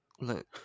look